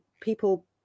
people